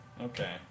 Okay